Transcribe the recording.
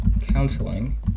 counseling